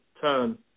turn